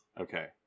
Okay